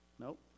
Nope